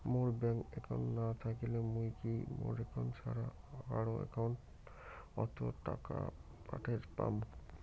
মোর bank account না থাকিলে মুই কি মোর একাউন্ট ছাড়া কারো একাউন্ট অত টাকা পাঠের পাম?